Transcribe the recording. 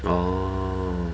orh